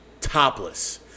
topless